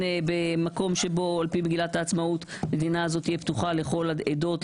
במקום שבו על פי מגילת העצמאות המדינה הזאת תהיה פתוחה לכל העדות,